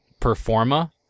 performa